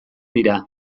dira